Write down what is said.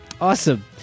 Awesome